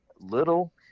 little